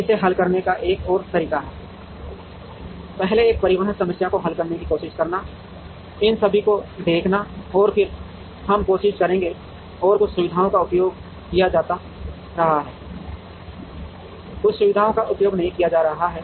इसे हल करने का एक और तरीका है पहले एक परिवहन समस्या को हल करने की कोशिश करना इन सभी को देखना और फिर हम कोशिश करेंगे और कुछ सुविधाओं का उपयोग किया जा रहा है कुछ सुविधाओं का उपयोग नहीं किया जा रहा है